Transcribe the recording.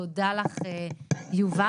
תודה לך, יובל.